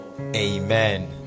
Amen